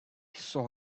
saw